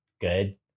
good